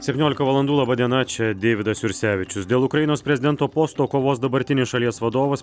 septyniolika valandų laba diena čia deividas jursevičius dėl ukrainos prezidento posto kovos dabartinis šalies vadovas